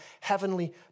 heavenly